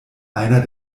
einer